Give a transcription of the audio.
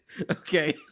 Okay